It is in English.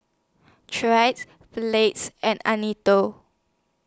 Tre Blake and